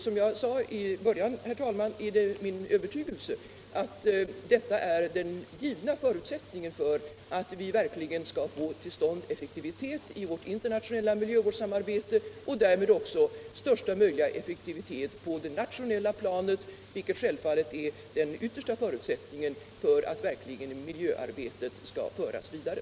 Som jag sade i början, herr talman, är det min övertygelse att detta är den givna förutsättningen för att vi verkligen skall få till stånd effektivitet i vårt internationella miljövårdssamarbete och därmed också största möjliga effekt på det nationella planet, vilket självfallet är den yttersta förutsättningen för att miljövårdsarbetet skall föras vidare.